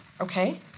Okay